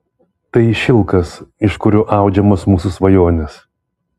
tai šilkas iš kurio audžiamos mūsų svajonės